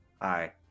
Hi